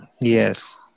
Yes